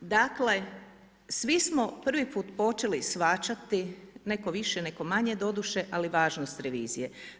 Dakle, svi smo prvi put počeli shvaćati, netko više, netko manje, doduše, ali važnost revizije.